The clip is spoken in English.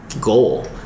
goal